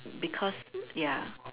because ya